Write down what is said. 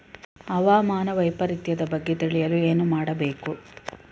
ಹವಾಮಾನ ವೈಪರಿತ್ಯದ ಬಗ್ಗೆ ತಿಳಿಯಲು ಏನು ಮಾಡಬೇಕು?